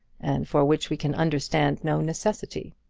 and for which we can understand no necessity.